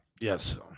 Yes